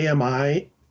AMI